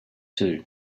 too